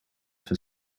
for